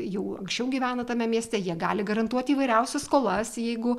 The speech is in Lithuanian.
jau anksčiau gyveno tame mieste jie gali garantuoti įvairiausias skolas jeigu